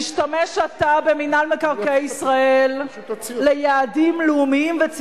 מ-1.7 ל-2.7.